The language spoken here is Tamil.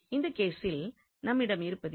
இந்த கேசில் நம்மிடம் இருப்பது என்ன